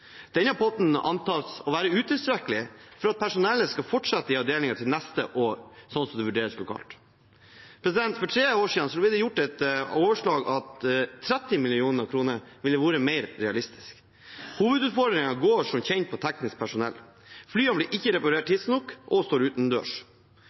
Denne potten antas å være utilstrekkelig for at personellet skal fortsette i avdelingen til neste år, slik det vurderes lokalt. For tre år siden ble det gjort et overslag som viste at 30 mill. kr ville ha vært mer realistisk. Hovedutfordringene handler som kjent om teknisk personell. Flyene blir ikke reparert